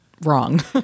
wrong